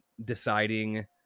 deciding